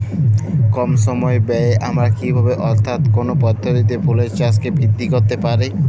কম সময় ব্যায়ে আমরা কি ভাবে অর্থাৎ কোন পদ্ধতিতে ফুলের চাষকে বৃদ্ধি করতে পারি?